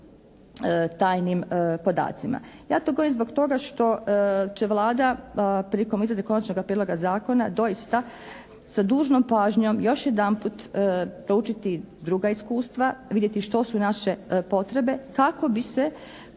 tajnim podacima. Ja to govorim zbog toga što će Vlada prilikom izrade konačnoga prijedloga zakona doista sa dužnom pažnjom još jedanput proučiti druga iskustva, vidjeti što su naše potrebe kako bi se